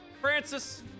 Francis